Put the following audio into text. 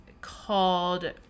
called